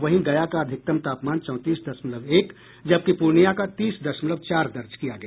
वहीं गया का अधिकतम तापमान चौतीस दशमलव एक जबकि पूर्णिया का तीस दशमलव चार दर्ज किया गया